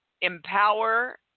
empower